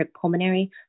pulmonary